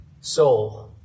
soul